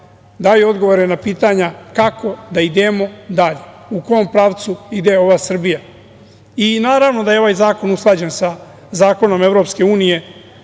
daju odgovore na pitanja kako da idemo dalje, u kom pravdu ide ova Srbija. Naravno da je ovaj zakon usklađen sa zakonima Evropske unije,